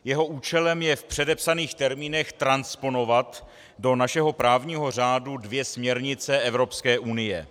Jeho účelem je v předepsaných termínech transponovat do našeho právního řádu dvě směrnice Evropské unie.